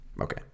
Okay